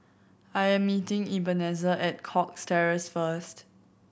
I'm meeting Ebenezer at Cox Terrace first